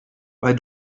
weil